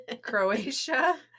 Croatia